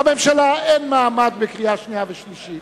לממשלה אין מעמד בקריאה שנייה ושלישית,